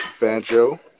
Banjo